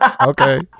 Okay